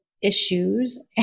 issues